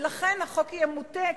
ולכן החוק יהיה מוטה,